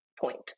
point